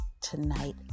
tonight